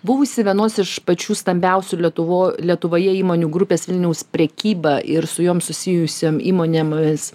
buvusi vienos iš pačių stambiausių lietuvo lietuvoje įmonių grupės vilniaus prekyba ir su jom susijusiom įmonėmis